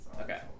Okay